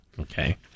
okay